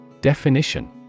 Definition